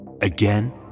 again